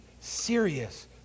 serious